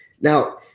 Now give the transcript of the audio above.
now